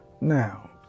Now